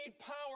power